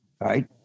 right